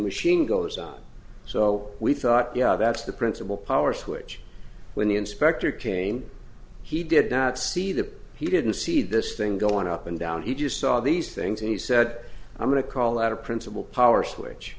machine goes up so we thought that's the principle power switch when the inspector came he did not see the he didn't see this thing going up and down he just saw these things and he said i'm going to call out a principal power switch